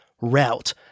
route